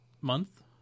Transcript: month